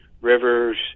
rivers